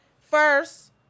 first